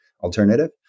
alternative